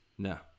No